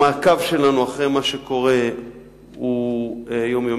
המעקב שלנו אחרי מה שקורה הוא יומיומי,